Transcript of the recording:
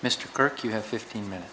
mr kirk you have fifteen minutes